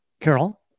Carol